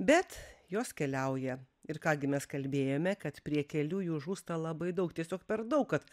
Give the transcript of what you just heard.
bet jos keliauja ir ką gi mes kalbėjome kad prie kelių jų žūsta labai daug tiesiog per daug kad